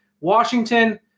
Washington